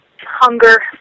hunger